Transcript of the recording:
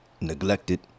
neglected